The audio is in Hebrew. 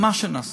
מה שנעשה.